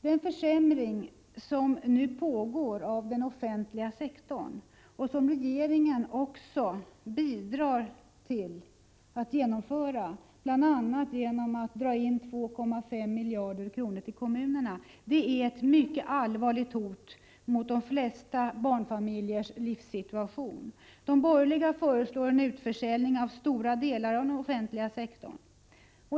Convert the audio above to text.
Den försämring av den offentliga sektorn som nu pågår — och som regeringen också bidrar till att genomföra, bl.a. genom att dra in 2,5 miljarder kronor från kommunerna — är ett mycket allvarligt hot mot de flesta barnfamiljers livssituation. De borgerliga föreslår en utförsäljning av stora delar av den offentliga sektorn.